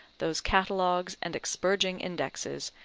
those catalogues and expurging indexes,